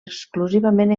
exclusivament